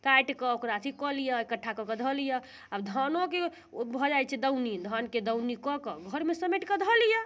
काटिकऽ ओकरा अथी कऽ लियऽ एकट्ठा कऽ कऽ धऽ लियऽ आब धानोके भऽ जाइ छै दौनी धानके दौनी कऽ कऽ घरमे समटि कऽ धऽ लियऽ